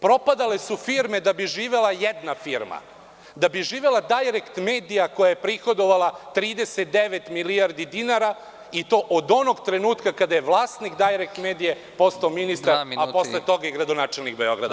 Propadale su firme da bi živela jedna firma, da bi živela „Dajrekt medija“, koja je prihodovala 39 milijardi dinara, i to od onog trenutka kada je vlasnik „Dajrekt medija“ postao ministar, a posle toga i gradonačelnik Beograda.